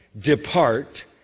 depart